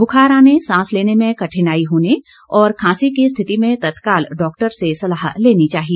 बुखार आने सांस लेने में कठिनाई होने और खांसी की स्थिति में तत्काल डॉक्टर से सलाह लेनी चाहिए